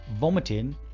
vomiting